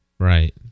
Right